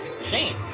Shane